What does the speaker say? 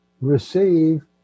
receive